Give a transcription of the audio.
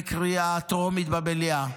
בקריאה טרומית במליאה.